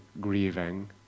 grieving